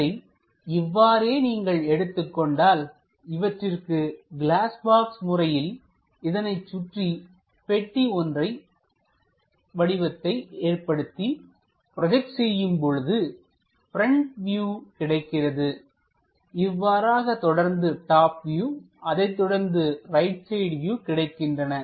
இதை இவ்வாறே நீங்கள் எடுத்துக்கொண்டால் இவற்றிற்கு கிளாஸ் பாக்ஸ் முறையில் இதனைச் சுற்றி பெட்டி போன்ற வடிவத்தை ஏற்படுத்தி ப்ரோஜெக்ட் செய்யும் பொழுது ப்ரெண்ட் வியூ கிடைக்கிறது இவ்வாறாக தொடர்ந்து டாப் வியூ அதைத்தொடர்ந்து ரைட் சைட் வியூ கிடைக்கின்றன